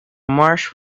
marsh